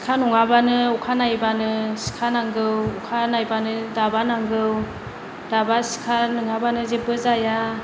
सिखा नङाबानो अखा नायबानो सिखा नांगौ अखा नायबानो दाबा सिखा नङाबानो जेबो जाया